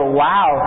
wow